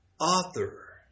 author